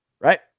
right